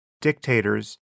dictators